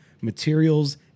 materials